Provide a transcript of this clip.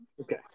okay